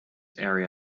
area